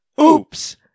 oops